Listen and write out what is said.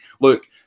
look